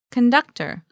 Conductor